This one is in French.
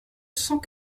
cent